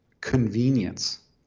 convenience